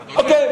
אוקיי.